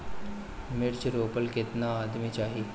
मिर्च रोपेला केतना आदमी चाही?